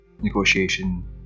negotiation